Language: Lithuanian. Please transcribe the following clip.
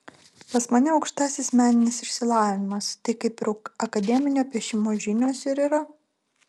pas mane aukštasis meninis išsilavinimas tai kaip ir akademinio piešimo žinios ir yra